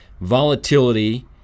Volatility